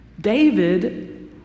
David